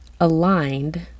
aligned